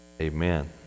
Amen